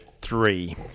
three